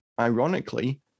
Ironically